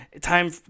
time